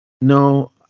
No